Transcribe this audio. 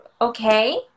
okay